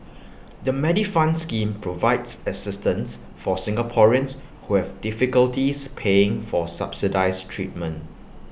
the Medifund scheme provides assistance for Singaporeans who have difficulties paying for subsidized treatment